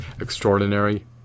extraordinary